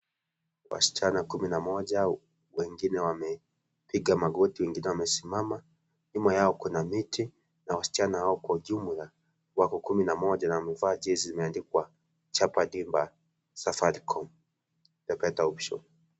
Wasichana kumi na moja, wengine wamepiga magoti, wengine wamesimama, nyuma yao kuna miti. Na wasichana haokwa jumla wako kumi na moja na wamevaa jezi zimeandikwa chapa dimba Safaricom – A Better Option .